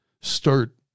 start